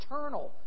eternal